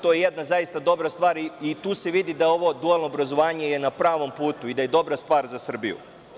To je jedna zaista dobra stvar i tu se vidi da je ovo dualno obrazovanje na pravom putu i da je dobra stvar za Srbiju.